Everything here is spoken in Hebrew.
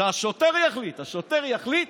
זה השוטר יחליט, השוטר יחליט